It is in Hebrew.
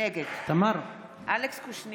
נגד אלכס קושניר,